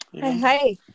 Hi